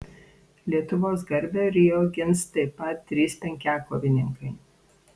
lietuvos garbę rio gins taip pat trys penkiakovininkai